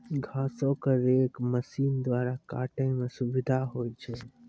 घासो क रेक मसीन द्वारा काटै म सुविधा होय छै